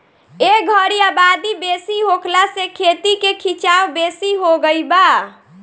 ए घरी आबादी बेसी होखला से खेती के खीचाव बेसी हो गई बा